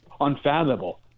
unfathomable